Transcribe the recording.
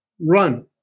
run